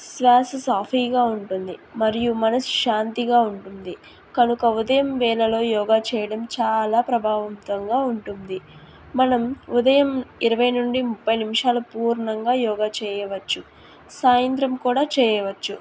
శ్వాస సాఫీగా ఉంటుంది మరియు మనశ్శాంతిగా ఉంటుంది కనుక ఉదయం వేలలో యోగా చేయడం చాలా ప్రభావంతంగా ఉంటుంది మనం ఉదయం ఇరవై నుండి ముప్పై నిమిషాలు పూర్ణంగా యోగా చేయవచ్చు సాయంత్రం కూడా చేయవచ్చు